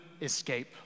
escape